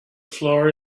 floor